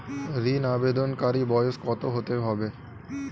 ঋন আবেদনকারী বয়স কত হতে হবে?